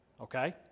Okay